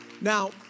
Now